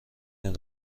این